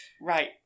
Right